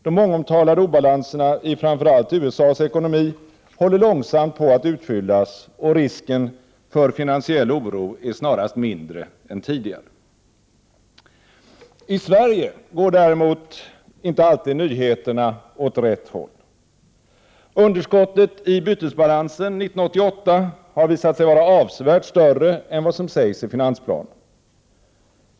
De mångomtalade obalanserna i framför allt USA:s ekonomi håller långsamt på att utfyllas, och risken för finansiell oro är snarast mindre än tidigare. I Sverige går däremot inte alltid nyheterna åt rätt håll. Underskottet i bytesbalansen 1988 har visat sig vara avsevärt större än vad som sägs i finansplanen.